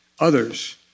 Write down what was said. others